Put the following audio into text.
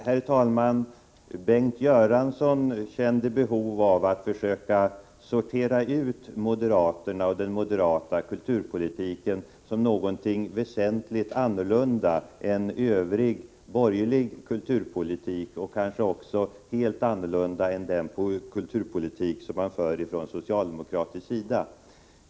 Herr talman! Bengt Göransson kände behov av att försöka sortera ut moderaterna och den moderata kulturpolitiken som någonting väsentligt annorlunda, något olikt övrig borgerlig kulturpolitik och kanske också helt annorlunda än den kulturpolitik som förs från socialdemokratisk sida.